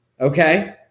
okay